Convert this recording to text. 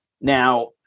Now